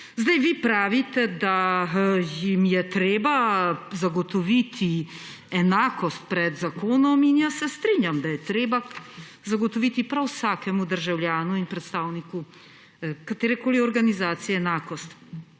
Vi pravite, da jim je treba zagotoviti enakost pred zakonom, in jaz se strinjam, da je treba zagotoviti prav vsakemu državljanu in predstavniku katerekoli organizacije enakost.